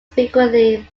frequently